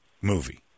movie